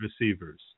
receivers